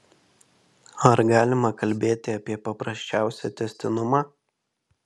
ar galima kalbėti apie paprasčiausią tęstinumą